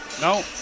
no